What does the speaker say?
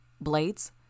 Blades